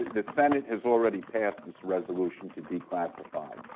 the senate has already passed this resolution to declassify,